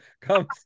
comes